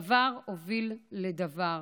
דבר הוביל לדבר.